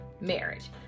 marriage